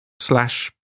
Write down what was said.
slash